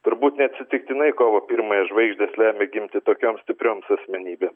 turbūt neatsitiktinai kovo pirmąją žvaigždės lemia gimti tokioms stiprioms asmenybėms